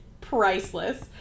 priceless